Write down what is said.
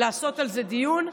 לעשות על זה דיון,